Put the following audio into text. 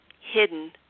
hidden